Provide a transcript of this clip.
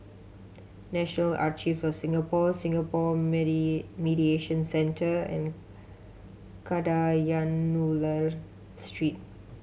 National Archive of Singapore Singapore Mediation Centre and Kadayanallur Street